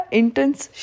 intense